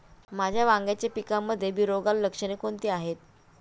माझ्या वांग्याच्या पिकामध्ये बुरोगाल लक्षणे कोणती आहेत?